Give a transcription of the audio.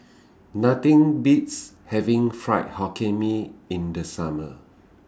Nothing Beats having Fried Hokkien Mee in The Summer